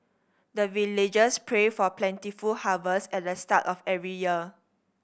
the villagers pray for plentiful harvest at the start of every year